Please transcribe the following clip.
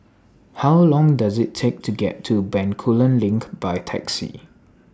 How Long Does IT Take to get to Bencoolen LINK By Taxi